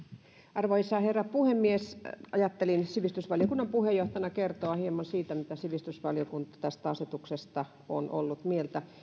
arvoisa herra puhemies ajattelin sivistysvaliokunnan puheenjohtajana kertoa hieman siitä mitä sivistysvaliokunta tästä asetuksesta on ollut mieltä